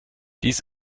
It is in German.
dies